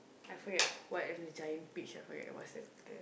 I forgot what and the Giant Peach ah I forget what's that the